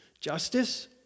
justice